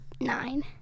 Nine